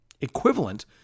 equivalent